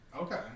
okay